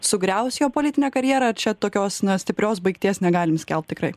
sugriaus jo politinę karjerą ar čia tokios na stiprios baigties negalim skelbt tikrai